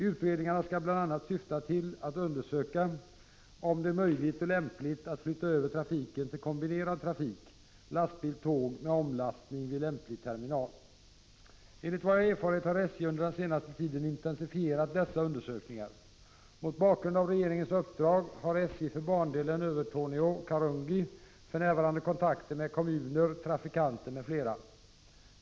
Utredningarna skall bl.a. syfta till att undersöka om det är möjligt och lämpligt att flytta över trafiken till kombinerad trafik lastbil-tåg med omlastning vid lämplig terminal. Enligt vad jag erfarit har SJ under den senaste tiden intensifierat dessa undersökningar. Mot bakgrund av regeringens uppdrag har SJ för bandelen Övertorneå-Karungi för närvarande kontakter med kommuner, trafikanter m.fl.